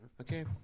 Okay